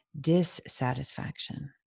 dissatisfaction